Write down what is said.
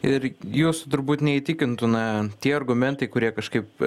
ir jūsų turbūt neįtikintų na tie argumentai kurie kažkaip